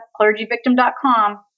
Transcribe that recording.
clergyvictim.com